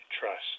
trust